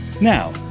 Now